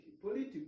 political